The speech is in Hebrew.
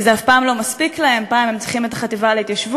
כי זה אף לא מספיק להם: פעם הם צריכים את החטיבה להתיישבות,